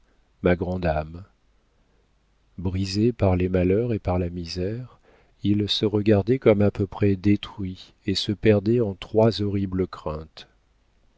ma grande âme brisé par les malheurs et par la misère il se regardait comme à peu près détruit et se perdait en trois horribles craintes